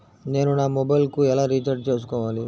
నేను నా మొబైల్కు ఎలా రీఛార్జ్ చేసుకోవాలి?